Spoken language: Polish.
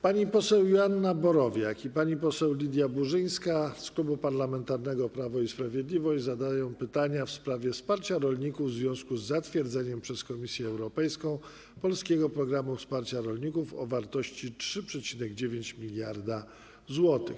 Pani poseł Joanna Borowiak i pani poseł Lidia Burzyńska z Klubu Parlamentarnego Prawo i Sprawiedliwość zadadzą pytanie w sprawie wsparcia rolników w związku z zatwierdzeniem przez Komisję Europejską polskiego programu wsparcia rolników o wartości 3,9 mld zł.